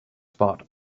spot